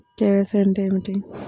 KYC అంటే ఏమిటి?